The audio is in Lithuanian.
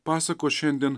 pasakos šiandien